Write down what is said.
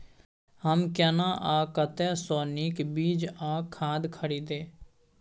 हम केना आ कतय स नीक बीज आ खाद खरीदे?